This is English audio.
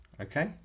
Okay